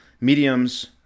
mediums